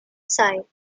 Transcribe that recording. sigh